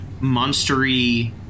monstery